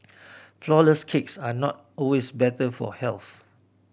flourless cakes are not always better for health